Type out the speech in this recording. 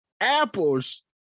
apples